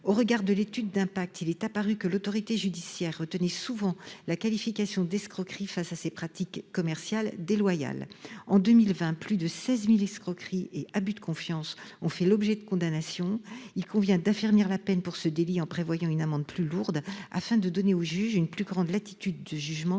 Au regard de l'étude d'impact, il est apparu que l'autorité judiciaire retenait souvent la qualification d'« escroquerie » devant de telles pratiques commerciales déloyales. En 2020, plus de 16 000 escroqueries et abus de confiance ont donné lieu à des condamnations. Il convient d'affermir la peine applicable à ce délit en prévoyant une amende plus lourde, et ce afin de donner au juge une plus grande latitude de jugement